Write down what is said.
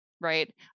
right